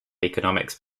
economics